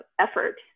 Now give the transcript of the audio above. effort